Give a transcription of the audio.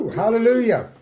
hallelujah